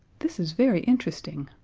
this is very interesting.